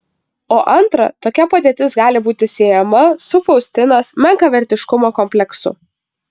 o antra tokia padėtis gali būti siejama su faustinos menkavertiškumo kompleksu